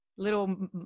little